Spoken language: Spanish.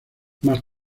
más